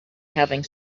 having